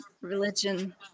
religion